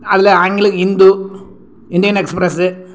அதில் ஆங்கில Hindu Indian express